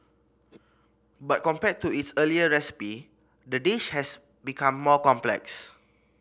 but compared to its earlier recipe the dish has become more complex